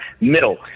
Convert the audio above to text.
middle